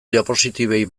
diapositibei